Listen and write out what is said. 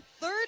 third